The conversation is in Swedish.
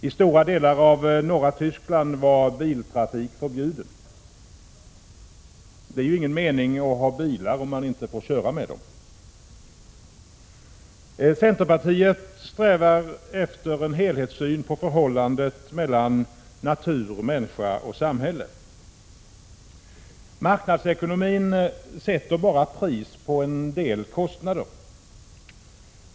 I stora delar av norra Tyskland var biltrafiken förbjuden. Det är ju ingen mening med att ha bilar om man inte får köra med dem. Centerpartiet strävar efter en helhetssyn på förhållandet mellan natur, människa och samhälle. Marknadsekonomin sätter bara pris på en del kostnader.